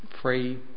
free